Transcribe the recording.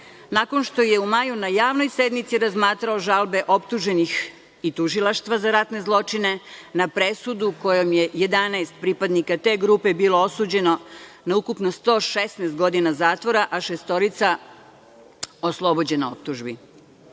nakon što je u maju na javnoj sednici razmatrao žalbe optuženih i tužilaštva za ratne zločine na presudu kojom je 11 pripadnika te grupe bilo osuđeno na ukupno 116 godina zatvora, a šestorica oslobođeno optužbi.